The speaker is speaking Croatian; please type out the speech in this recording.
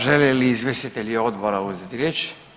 Žele li izvjestitelji odbora uzeti riječ?